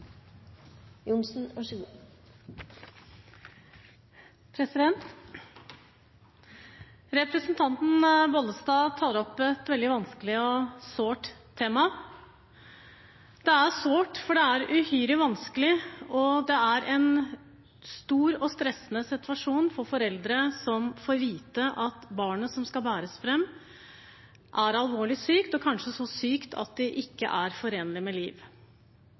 Representanten Bollestad tar opp et veldig vanskelig og sårt tema. Det er sårt fordi det er en uhyre vanskelig og stressende situasjon for foreldre som får vite at barnet som skal bæres fram, er alvorlig sykt, og kanskje så sykt at det ikke er forenlig med liv.